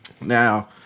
Now